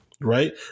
right